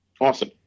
Awesome